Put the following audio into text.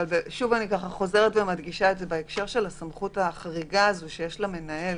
אני חוזרת ומדגישה את העניין של הסמכות החריגה שיש למנהל